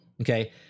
okay